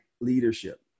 leadership